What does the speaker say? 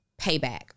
payback